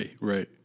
right